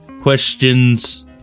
questions